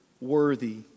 worthy